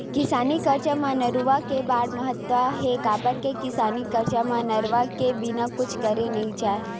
किसानी कारज म नरूवा के बड़ महत्ता हे, काबर के किसानी कारज म नरवा के बिना कुछ करे नइ जाय